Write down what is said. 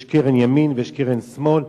יש קרן ימין ויש קרן שמאל,